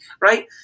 right